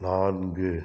நான்கு